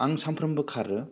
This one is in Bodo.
आं सानफ्रोमबो खारो